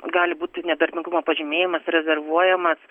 gali būti nedarbingumo pažymėjimas rezervuojamas